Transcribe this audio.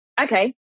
okay